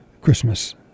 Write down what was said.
Christmas